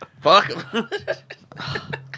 Fuck